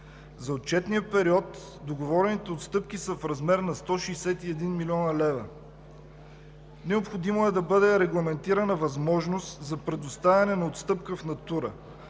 За отчетния период договорените отстъпки са в размер на 161 млн. лв. Необходимо е да бъде регламентирана възможност за предоставяне на отстъпка в натура.